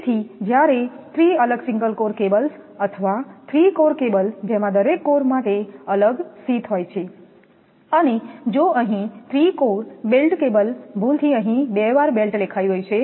તેથી જ્યારે 3 અલગ સિંગલ કોર કેબલ્સ અથવા 3 કોર કેબલ જેમાં દરેક કોર માટે અલગ શીથ હોય છે અને જો અહીં 3 કોર બેલ્ટ્ડ કેબલ ભૂલથી અહીં બે વાર બેલ્ટ્ડ લખાઈ ગયું છે